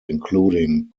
including